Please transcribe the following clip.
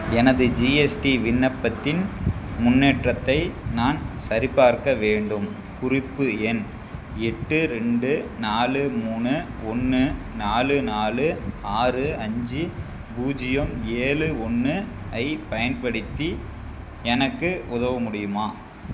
எனது ஜிஎஸ்டி விண்ணப்பத்தின் முன்னேற்றத்தை நான் சரிபார்க்க வேண்டும் குறிப்பு எண் எட்டு ரெண்டு நாலு மூணு ஒன்று நாலு நாலு ஆறு அஞ்சு பூஜ்ஜியம் ஏழு ஒன்று ஐப் பயன்படுத்தி எனக்கு உதவ முடியுமா